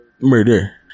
murder